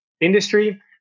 industry